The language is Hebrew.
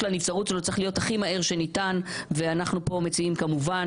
הנבצרות שלו צריך להיות הכי מהר שניתן ואנחנו פה מציעים כמובן